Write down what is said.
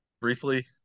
briefly